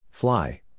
Fly